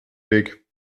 weg